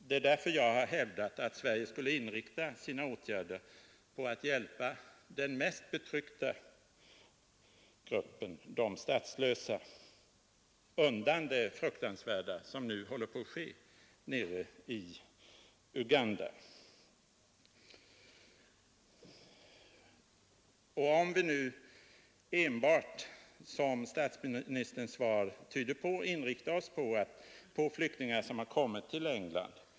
Det är därför jag har hävdat att Sverige skulle inrikta sina åtgärder på att hjälpa den mest betryckta gruppen — de statslösa — undan det fruktansvärda som nu håller på att ske nere i Uganda. Hur blir det vidare om vi, som statsministerns svar tyder på, nu enbart inriktar oss på flyktingar som har kommit till England?